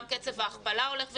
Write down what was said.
גם קצב ההכפלה הולך ויורד.